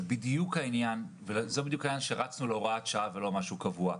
זה בדיוק העניין ולכן רצנו להוראת שעה ולא למשהו קבוע.